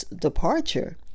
departure